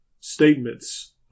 statements